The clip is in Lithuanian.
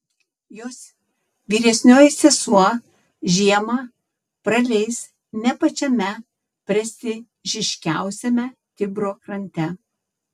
jos vyresnioji sesuo žiemą praleis ne pačiame prestižiškiausiame tibro krante